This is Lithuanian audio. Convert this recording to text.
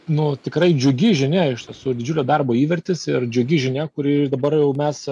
nu tikrai džiugi žinia iš tiesų didžiulio darbo įvertis ir džiugi žinia kuri dabar mes